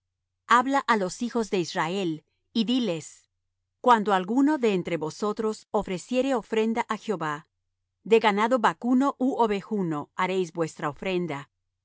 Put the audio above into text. habla á los hijos de israel y diles cuando alguno de entre vosotros ofreciere ofrenda á jehová de ganado vacuno ú ovejuno haréis vuestra ofrenda